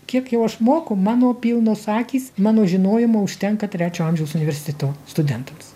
kiek jau aš moku mano pilnos akys mano žinojimo užtenka trečio amžiaus universtito studentams